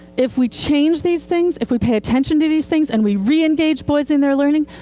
if we change these things, if we pay attention to these things, and we reengage boys in their learning,